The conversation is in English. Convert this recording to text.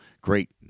great